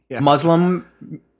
Muslim